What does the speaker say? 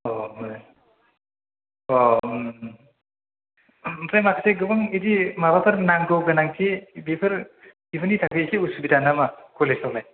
ओमफ्राय माखासे गोबां बिदि माबाफोर नांगौ गोनांथि बेफोर बेफोरनि थाखाय एसे उसुबिदा नामा कलेजाव लाय